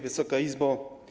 Wysoka Izbo!